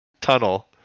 tunnel